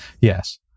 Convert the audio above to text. yes